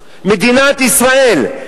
מדינת ישראל.